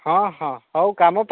ହଁ ହଁ ହେଉ କାମ ପା